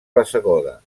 bassegoda